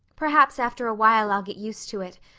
perhaps after a while i'll get used to it,